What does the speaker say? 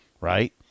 right